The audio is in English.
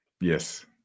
Yes